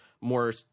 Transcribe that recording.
more